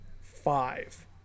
five